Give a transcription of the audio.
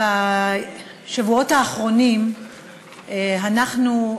בשבועות האחרונים אנחנו,